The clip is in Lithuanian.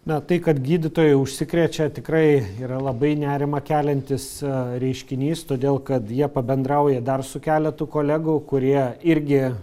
na tai kad gydytojai užsikrečia tikrai yra labai nerimą keliantis reiškinys todėl kad jie pabendrauja dar su keletu kolegų kurie irgi